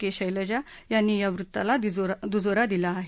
के शैलजा यांनी या वृत्ताला दुजोरा दिला आहे